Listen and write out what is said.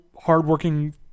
hardworking